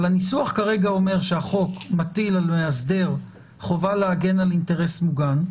אבל הניסוח כרגע אומר שהחוק מטיל על מאסדר חובה להגן על אינטרס מוגן,